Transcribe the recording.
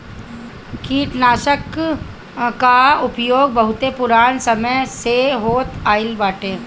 कीटनाशकन कअ उपयोग बहुत पुरान समय से होत आइल बाटे